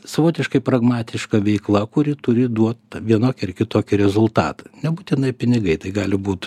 savotiškai pragmatiška veikla kuri turi duot vienokį ar kitokį rezultatą nebūtinai pinigai tai gali būt